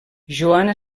joana